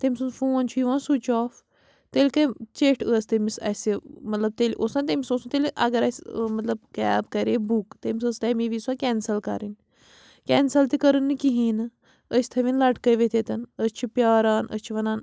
تٔمۍسُنٛد phone چھُ یِوان switch off تیٚلہِ کٔمۍ چیٚٹھۍ ٲسۍ تٔمِس اَسہِ مطلب تیٚلہِ اوس نہ تٔمِس اوس نہٕ تیٚلہِ اگر اَسہِ مطلب کیب کَرے بُک تٔمِس ٲس تَمی وِزِ سۄ کٮ۪نسل کَرٕنۍ کٮ۪نسل تہِ کٔرٕن نہٕ کِہیٖنٛۍ نہٕ أسۍ تھٲوِنۍ لَٹکٲوِتھ ییٚتٮ۪ن أسۍ چھِ پیٛاران أسۍ چھِ وَنان